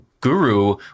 guru